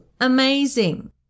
Amazing